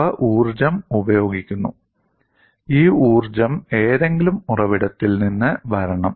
അവ ഊർജ്ജം ഉപയോഗിക്കുന്നു ഈ ഊർജ്ജം ഏതെങ്കിലും ഉറവിടത്തിൽ നിന്ന് വരണം